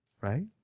Right